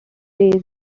way